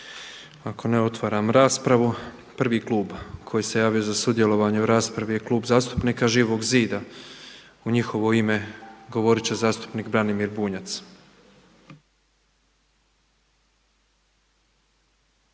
Ako ne, otvaram raspravu. Prvi klub koji se javio za sudjelovanje u raspravi je Klub zastupnika Živog zida. U njihovo ime govorit će zastupnik Branimir Bunjac.